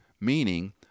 meaning